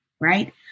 right